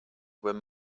when